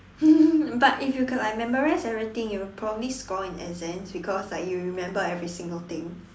but if you can like memorize everything you would probably score in exams because like you remember every single thing